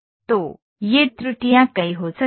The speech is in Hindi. तो ये त्रुटियां कई हो सकती हैं